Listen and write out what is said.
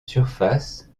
surface